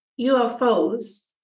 UFOs